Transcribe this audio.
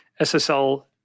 SSL